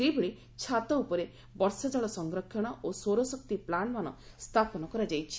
ସେହିଭଳି ଛାତ ଉପରେ ବର୍ଷାଜଳ ସଂରକ୍ଷଣ ଓ ସୌରଶକ୍ତି ପ୍ରାଣ୍ଟମାନ ସ୍ଥାପନ କରାଯାଇଛି